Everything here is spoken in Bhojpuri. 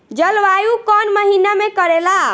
जलवायु कौन महीना में करेला?